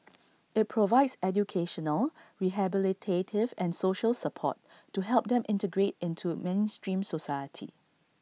IT provides educational rehabilitative and social support to help them integrate into mainstream society